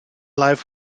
life